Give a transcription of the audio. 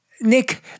Nick